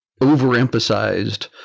overemphasized